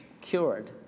cured